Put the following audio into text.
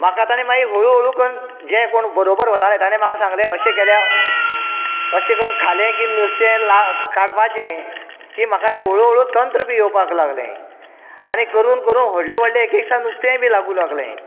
म्हाका तांणी मागीर हळू हळू कन् जें कोण बरोबर वतालें ताणें म्हाका सांगलें अशें केल्यार अशें कन्न खालें की नुस्तें लाग काडपाचें की म्हाका तें हळू हळू तंत्र बी येवपाक लागलें आनी करून करून व्हडलें व्हडलें एक सात नुस्तेंय बीन लागू लागलें